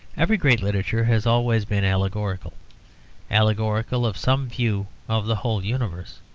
every great literature has always been allegorical allegorical of some view of the whole universe.